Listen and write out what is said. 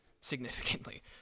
significantly